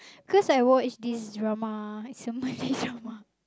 because I watched this drama some Malay drama